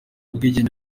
ubwigenge